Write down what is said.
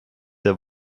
der